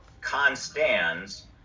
Constans